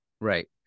Right